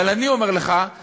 אבל אני אומר לך,